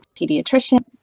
pediatrician